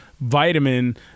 vitamin